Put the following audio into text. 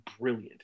brilliant